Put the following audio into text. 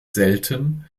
selten